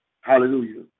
Hallelujah